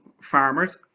farmers